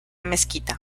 mezquita